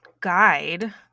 guide